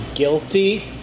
Guilty